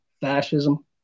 fascism